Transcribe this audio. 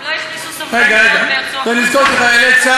זה לא נכון, הם